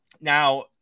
Now